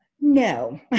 No